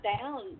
down